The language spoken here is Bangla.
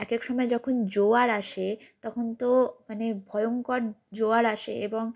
এক একসময় যখন জোয়ার আসে তখন তো মানে ভয়ংকর জোয়ার আসে এবং